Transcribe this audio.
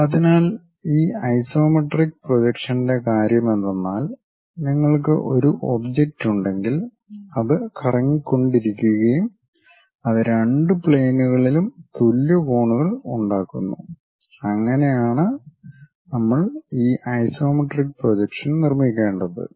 അതിനാൽ ഈ ഐസോമെട്രിക് പ്രൊജക്ഷന്റെ കാര്യമെന്തെന്നാൽ നിങ്ങൾക്ക് ഒരു ഒബ്ജക്റ്റ് ഉണ്ടെങ്കിൽ അത് കറങ്ങിക്കൊണ്ടിരിക്കുകയും അത് രണ്ട് പ്ലെയിനുകളിലും തുല്യ കോണുകൾ ഉണ്ടാക്കുന്നു അങ്ങനെ ആണ് നമ്മൾ ഈ ഐസോമെട്രിക് പ്രൊജക്ഷൻ നിർമ്മിക്കേണ്ടത്